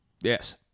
Yes